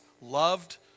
loved